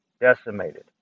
decimated